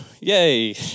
yay